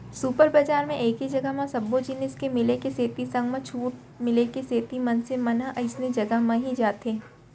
super बजार म एके जघा म सब्बो जिनिस के मिले के सेती संग म छूट मिले के सेती मनसे मन ह अइसने जघा म ही जाथे